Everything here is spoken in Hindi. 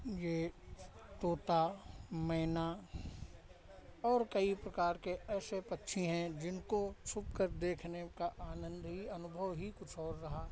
ये तोता मैना और कई प्रकार के ऐसे पक्षी हैं जिनको छुपकर देखने का आनंद ही अनुभव ही कुछ और रहा